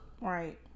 Right